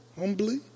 humbly